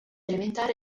elementare